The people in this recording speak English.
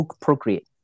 procreate